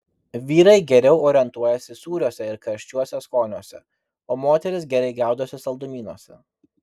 vyrai geriau orientuojasi sūriuose ir karčiuose skoniuose o moterys gerai gaudosi saldumynuose